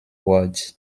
world